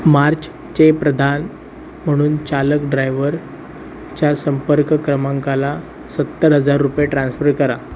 मार्चचे प्रदान म्हणून चालक ड्रायवरच्या संपर्क क्रमांकाला सत्तर हजार रुपये ट्रान्स्फर करा